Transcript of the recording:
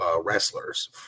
wrestlers